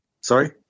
sorry